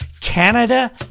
Canada